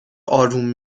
آروم